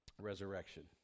resurrection